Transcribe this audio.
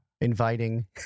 Inviting